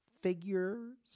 figures